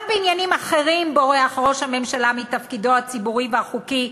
גם בעניינים אחרים בורח ראש הממשלה מתפקידו הציבורי והחוקי,